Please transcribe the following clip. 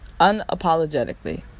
Unapologetically